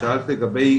שאלת לגבי,